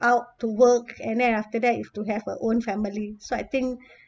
out to work and then after that if to have a own family so I think